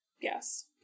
yes